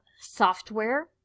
software